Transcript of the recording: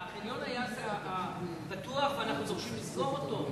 החניון היה פתוח ואנחנו דורשים לסגור אותו?